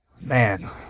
man